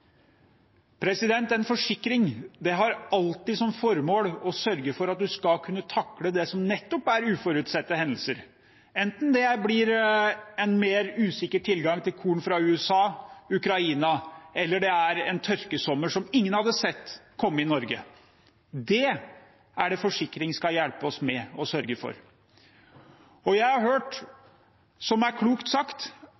forsikring har alltid som formål å sørge for at du skal kunne takle det som nettopp er uforutsette hendelser, enten det blir en mer usikker tilgang til korn fra USA eller Ukraina, eller det er en tørkesommer som ingen hadde sett komme i Norge. Dét er det forsikring skal sørge for å hjelpe oss med. Jeg har hørt,